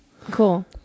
cool